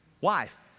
wife